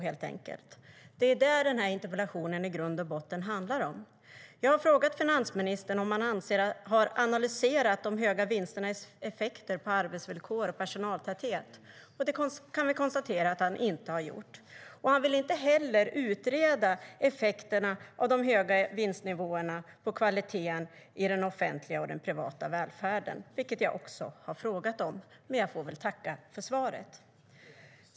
Det är det som den här interpellationen handlar om. Jag har frågat finansministern om han har analyserat de höga vinsternas effekter på arbetsvillkor och personaltäthet. Vi kan konstatera att det har han inte gjort. Han vill inte heller utreda effekterna av de höga vinstnivåerna på kvaliteten i den offentliga och den privata välfärden, vilket jag också har frågat om. Men jag får väl tacka för svaret.